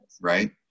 Right